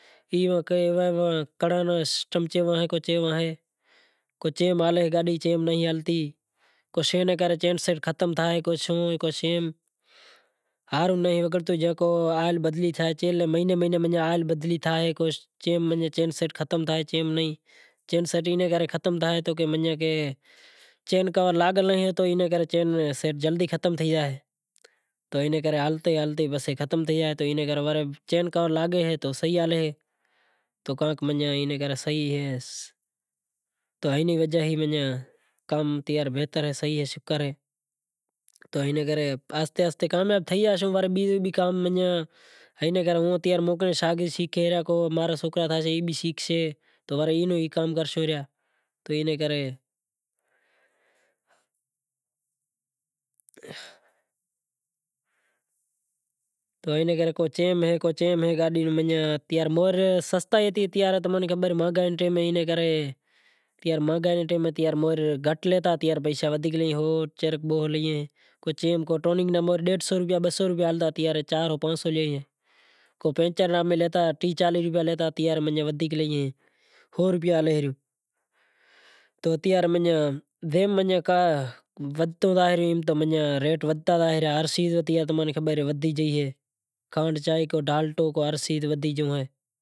تو کے چے ماں ہالے تو چے ماں نہیں کے نو ہارون نہیں وگڑتو تو کے نو آئل بدلی نو مسئلو سے مہینے مہینے آئل بدلی تھائے کے نو چین سسٹم ختم تھائے اینے کرے ختم تھائے تو چین کور لاگل نہیں تو چین سسٹم جلدی ختم تھائے تو اینے کرے چین کور لاگے سے تو صحیح ہالے سے تو ہائنی وجے اے کام بہتر اے شکر اے تو آہستے آہستے کامیاب تھئی زائوں، موں بھی شیکھیو تو ماں را سوکرا تھائیسیں ای بھی شیکھسیں اینو ای کام کرشوں ریا تو اینے کرے تو اینے کرے کو چیم اے کو چیم اے تماں نے خبر اے موہر سستائی ہتی مہنگائی نے ٹیم نے کرے مہانگائی نے ٹیم میں موہر گھٹ لیتا ہوے ودھیک لیتا کیم کو ٹیوننگ ماہ موہر ڈہڈھ سو روپیا ہالتا ہوے چار ہو پانس ہو لیں، کو پنچر نا پہری ٹیہہ چالیہہ روپیا لیتا ای وارے ودھیک لیئں سو روپیا لے ریو۔ مہونگائی ودھتی زائے ری تو ریٹ بھی ودھتا زائیں۔ مہونگائی تماں نے خبر اے ودھی گئی اے کھانڈ چائے ڈالڈا اٹو ہر شے ودھی گیو۔